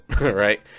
right